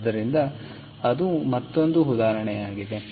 ಆದ್ದರಿಂದ ಅದು ಮತ್ತೊಂದು ಉದಾಹರಣೆಯಾಗಿದೆ